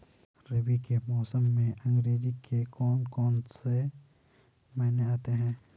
रबी के मौसम में अंग्रेज़ी के कौन कौनसे महीने आते हैं?